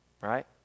right